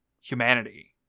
humanity